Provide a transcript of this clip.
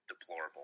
deplorable